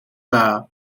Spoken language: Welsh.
dda